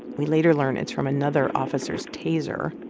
we later learn it's from another officer's taser.